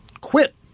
quit